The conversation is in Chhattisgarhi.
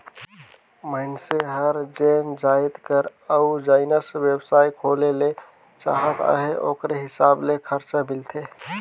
मइनसे हर जेन जाएत कर अउ जइसन बेवसाय खोले ले चाहत अहे ओकरे हिसाब ले खरचा मिलथे